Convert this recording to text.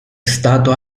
stato